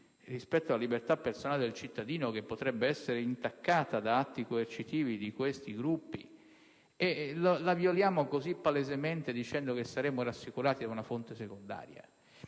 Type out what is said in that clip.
rispetto alla libertà personale del cittadino, che potrebbe essere intaccata da atti coercitivi di questi gruppi, viene violata così palesemente dicendo che saremmo rassicurati da una fonte secondaria.